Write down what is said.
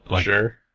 Sure